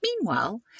Meanwhile